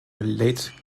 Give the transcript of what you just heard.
late